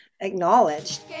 acknowledged